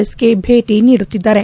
ಎಸ್ಗೆ ಭೇಟ ನೀಡುತ್ತಿದ್ದಾರೆ